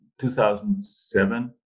2007